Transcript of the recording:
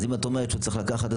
אם את אומרת שהוא צריך לקחת,